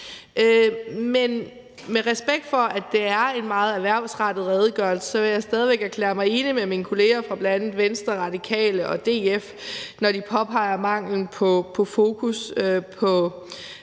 Men med respekt for, at det er en meget erhvervsrettet redegørelse, vil jeg stadig væk erklære mig enig med mine kolleger fra bl.a. Venstre, Radikale og DF, når de påpeger manglen på fokus på